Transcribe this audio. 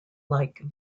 like